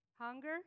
Hunger